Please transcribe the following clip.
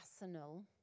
arsenal